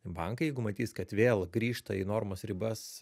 bankai jeigu matys kad vėl grįžta į normos ribas